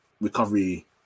recovery